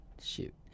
shoot